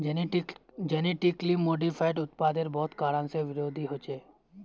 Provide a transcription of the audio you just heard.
genetically modified उत्पादेर बहुत कारण से विरोधो होछे